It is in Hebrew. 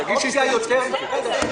והוגשה עליה רביזיה.